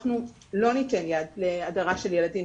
אנחנו לא ניתן יד להדרה של ילדים